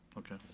okay.